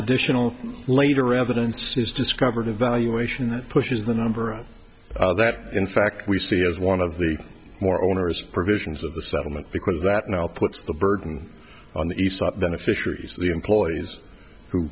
additional later evidence is discovered a valuation that pushes the number of that in fact we see as one of the more onerous provisions of the settlement because that now puts the burden on the east beneficiaries the employees who